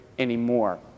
anymore